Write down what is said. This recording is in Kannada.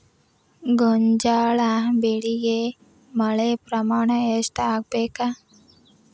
ಗೋಂಜಾಳ ಬೆಳಿಗೆ ಮಳೆ ಪ್ರಮಾಣ ಎಷ್ಟ್ ಆಗ್ಬೇಕ?